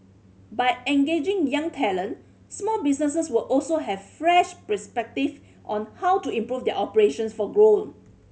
by engaging young talent small businesses will also have fresh perspective on how to improve their operations for growth